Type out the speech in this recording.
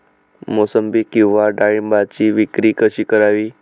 मोसंबी किंवा डाळिंबाची विक्री कशी करावी?